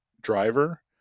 driver